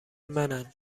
منن